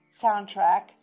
soundtrack